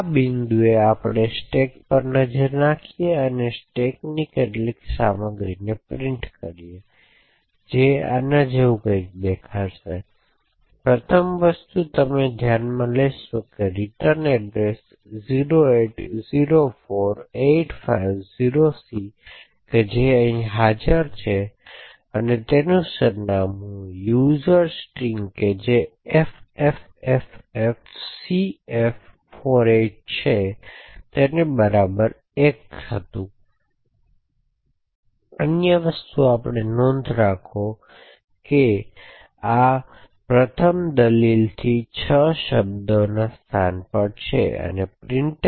આ બિંદુએ આપણે સ્ટેક પર નજર નાખીશું અને સ્ટેકની કેટલીક સામગ્રીની પ્રિન્ટ કરીશું જે આના જેવું કંઈક દેખાશે તેથી પ્રથમ વસ્તુ તમે ધ્યાનમાં લેશો કે રીટર્ન સરનામું 0804850C અહીં હાજર છે અને તેનું સરનામું વપરાશકર્તા સ્ટ્રિંગ કે જે ffffcf48 છે તેની બરાબર 1 પહેલા છે અને અન્ય વસ્તુ આપણે નોંધ રાખો માટે આ પ્રથમ દલીલ થી 6 શબ્દો સ્થાનપરછે